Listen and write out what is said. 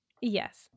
Yes